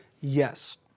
Yes